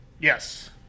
Yes